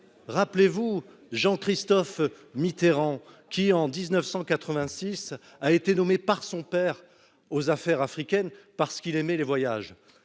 rappelez-vous, Jean-Christophe Mitterrand qui, en 1986 a été nommé par son père aux Affaires africaines parce qu'il aimait les voyages,